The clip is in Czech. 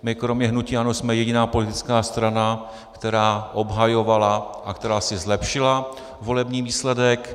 My kromě hnutí ANO jsme jediná politická strana, která obhajovala a která si zlepšila volební výsledek.